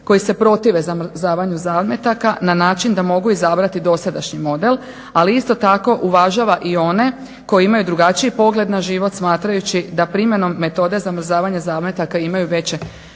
koji se protive zamrzavanju zametaka na način da mogu izabrati dosadašnjim model, ali isto tako uvažava i one koji imaju drugačiji pogled na život smatrajući da primjenom metode zamrzavanja zametaka imaju veće